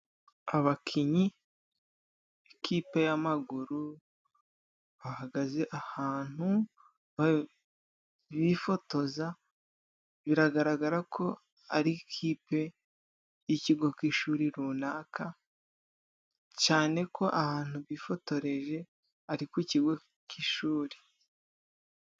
Abakinnyi b'ikipe y'amaguru bahagaze ahantu bifotoza. Biragaragara ko ari ikipe y'ikigo k'ishuri runaka, cyane ko ahantu bifotoreje ari ku kigo k'ishuri.